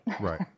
Right